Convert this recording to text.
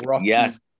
yes